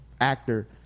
actor